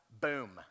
boom